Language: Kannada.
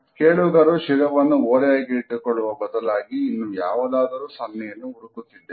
ಕೇಳುಗರು ಶಿರವನ್ನು ಓರೆಯಾಗಿ ಇಟ್ಟುಕೊಳ್ಳುವ ಬದಲಾಗಿ ಇನ್ನು ಯಾವುದಾದರೂ ಸನ್ನೆಯನ್ನು ಹುಡುಕುತ್ತಿದ್ದೇನೆ